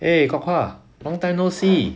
eh kok hua long time no see